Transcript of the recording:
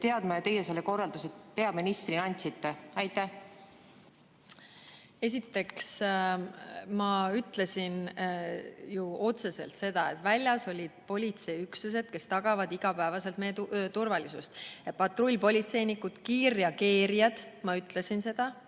teadma ja teie selle korralduse peaministrina andsite? Esiteks, ma ütlesin ju otseselt seda, et väljas olid politseiüksused, kes tagavad igapäevaselt meie turvalisust: patrullpolitseinikud, kiirreageerijad, ma ütlesin seda,